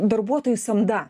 darbuotojų samda